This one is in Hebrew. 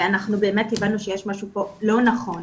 ואנחנו באמת הבנו שיש משהו פה לא נכון.